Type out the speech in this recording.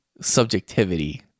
subjectivity